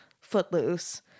Footloose